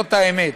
זאת האמת,